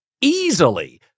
easily